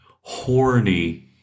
horny